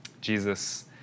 Jesus